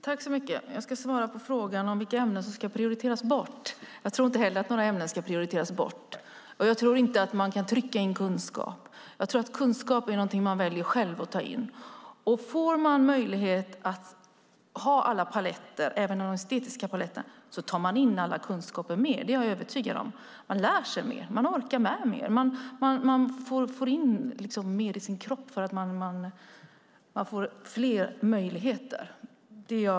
Herr talman! Jag ska svara på frågan om vilka ämnen som ska prioriteras bort. Jag tror inte heller att några ämnen ska prioriteras bort. Jag tror inte att man kan trycka in kunskap. Jag tror att kunskap är något man själv väljer att ta in. Om man får möjlighet att ha alla paletter, även den estetiska, tar man in mer kunskap. Det är jag övertygad om. Man lär sig mer, man orkar mer och får in mer i sin kropp när man har fler möjligheter.